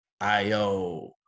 Io